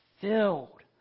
filled